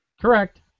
Correct